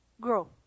grow